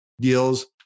deals